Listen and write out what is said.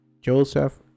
joseph